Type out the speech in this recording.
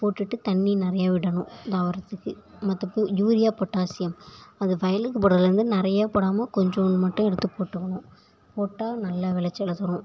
போட்டுவிட்டு தண்ணி நிறையா விடணும் தாவரத்துக்கு மற்ற பூ யூரியா பொட்டாசியம் அந்த வயலுக்கு போடுவதுலருந்து நிறைய போடாமல் கொஞ்சூண்டு மட்டும் எடுத்து போட்டுக்கணும் போட்டால் நல்லா வெளைச்சல தரும்